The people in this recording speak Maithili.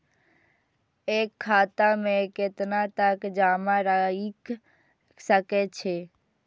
एक खाता में केतना तक जमा राईख सके छिए?